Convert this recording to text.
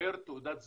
פר תעודת זהות.